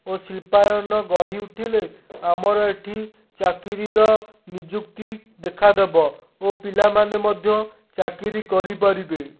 ଓ ଶିଳ୍ପାୟନ ଗଢ଼ି ଉଠିଲେ ଆମର ଏଇଠି ଚାକିରିର ନିଯୁକ୍ତି ଦେଖାଦେବ ଓ ପିଲାମାନେ ମଧ୍ୟ ଚାକିରି କରିପାରିବେ